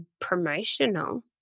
promotional